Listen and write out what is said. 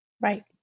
Right